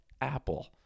Apple